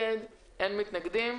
אין מתנגדים.